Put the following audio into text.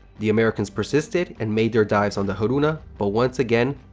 the americans persisted and made their dives on the haruna, but once again,